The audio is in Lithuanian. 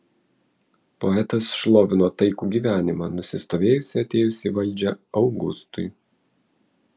poetas šlovino taikų gyvenimą nusistovėjusį atėjus į valdžią augustui